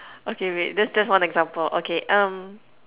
okay wait that's just one example okay um